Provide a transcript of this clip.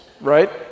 right